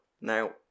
Now